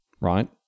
right